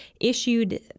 issued